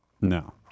No